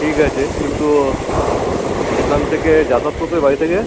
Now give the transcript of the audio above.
ঠিক আছে কিন্তু এখান থেকে যাতায়াত করতে দেবে বাড়ি থেকে